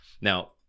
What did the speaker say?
Now